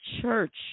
church